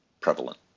prevalent